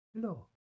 Hello